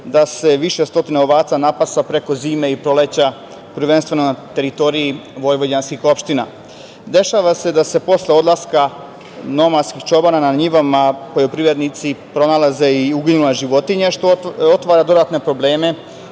da se više stotina ovaca napasa preko zime i proleća prvenstveno na teritoriji vojvođanskih opština. Dešava se da posle odlaska nomadskih čobana na njivama poljoprivrednici pronalaze i uginule životinje, što otvara dodatne probleme,